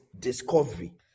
discovery